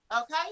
okay